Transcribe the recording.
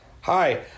hi